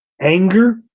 anger